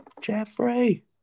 Jeffrey